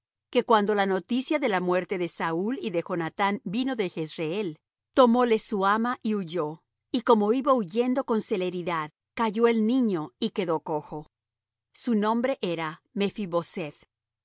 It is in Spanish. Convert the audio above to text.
que cuando la noticia de la muerte de saúl y de jonathán vino de jezreel tomóle su ama y huyó y como iba huyendo con celeridad cayó el niño y quedó cojo su nombre era